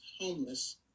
homeless